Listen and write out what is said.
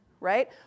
Right